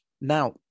Now